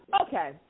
okay